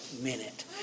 minute